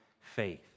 faith